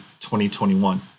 2021